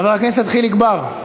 חבר הכנסת חיליק בר.